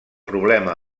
problema